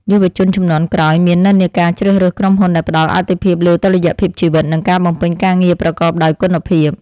យុវជនជំនាន់ក្រោយមាននិន្នាការជ្រើសរើសក្រុមហ៊ុនដែលផ្តល់អាទិភាពលើតុល្យភាពជីវិត និងការបំពេញការងារប្រកបដោយគុណភាព។